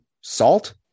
salt